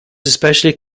especially